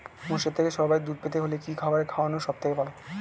মোষের থেকে সর্বাধিক দুধ পেতে হলে কি খাবার খাওয়ানো সবথেকে ভালো?